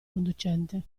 conducente